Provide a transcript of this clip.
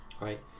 Right